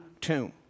tomb